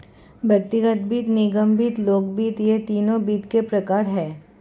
व्यक्तिगत वित्त, निगम वित्त, लोक वित्त ये तीनों वित्त के प्रकार हैं